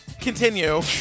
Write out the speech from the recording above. continue